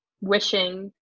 wishing